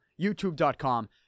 youtube.com